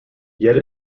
yet